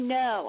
no